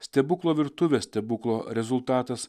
stebuklo virtuvė stebuklo rezultatas